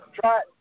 Try